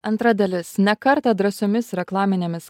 antra dalis ne kartą drąsiomis reklaminėmis